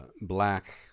black